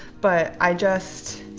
but i just,